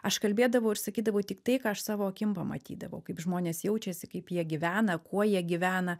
aš kalbėdavau ir sakydavau tik tai ką aš savo akim pamatydavau kaip žmonės jaučiasi kaip jie gyvena kuo jie gyvena